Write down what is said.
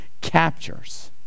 captures